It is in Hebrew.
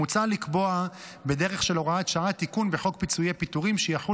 מוצע לקבוע בדרך של הוראת שעה תיקון בחוק פיצויי פיטורים שיחול